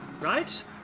right